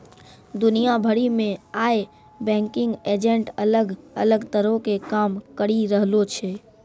दुनिया भरि मे आइ बैंकिंग एजेंट अलग अलग तरहो के काम करि रहलो छै